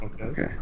okay